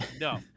No